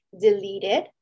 deleted